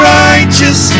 righteous